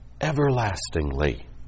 everlastingly